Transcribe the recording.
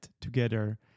together